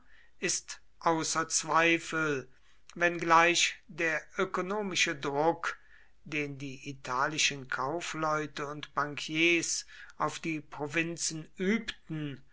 ist außer zweifel wenngleich der ökonomische druck den die italischen kaufleute und bankiers auf die provinzen übten